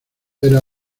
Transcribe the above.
era